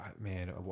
Man